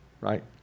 right